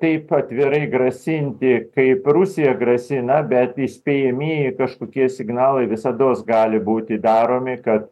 taip atvirai grasinti kaip rusija grasina bet įspėjamieji kažkokie signalai visados gali būti daromi kad